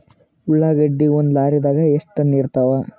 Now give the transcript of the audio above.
ಉಳ್ಳಾಗಡ್ಡಿ ಒಂದ ಲಾರಿದಾಗ ಎಷ್ಟ ಟನ್ ಹಿಡಿತ್ತಾವ?